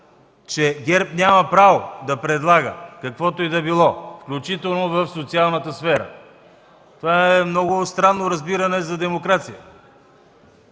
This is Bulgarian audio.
че ГЕРБ няма право да предлага каквото и да било, включително в социалната сфера. Това е много странно разбиране за демокрация.